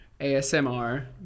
ASMR